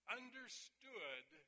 understood